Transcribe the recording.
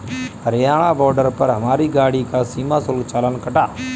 Haryana border पर हमारी गाड़ी का सीमा शुल्क चालान कटा